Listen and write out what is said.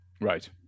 Right